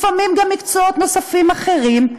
לפעמים גם מקצועות נוספים ואחרים,